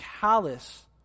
callous